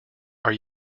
are